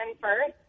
first